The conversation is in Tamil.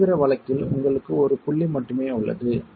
தீவிர வழக்கில் உங்களுக்கு ஒரு புள்ளி மட்டுமே உள்ளது